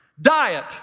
diet